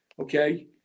okay